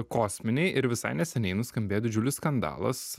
kosminiai ir visai neseniai nuskambėjo didžiulis skandalas